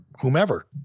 whomever